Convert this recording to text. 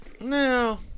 No